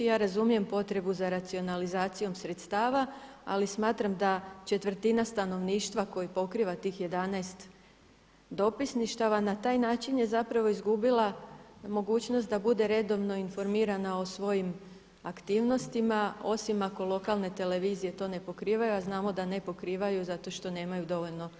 Ja razumijem potrebu za racionalizacijom sredstava, ali smatram da četvrtina stanovništva koji pokriva tih 11 dopisništava na taj način je zapravo izgubila mogućnost da bude redovno informirana o svojim aktivnostima osim ako lokalne televizije to ne pokrivaju, a znamo da ne pokrivaju zato što nemaju dovoljno sredstava.